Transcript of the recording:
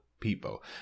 people